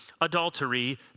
adultery